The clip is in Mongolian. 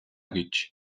гэж